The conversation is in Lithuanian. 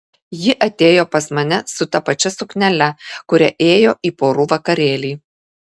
ji atėjo pas mane su ta pačia suknele kuria ėjo į porų vakarėlį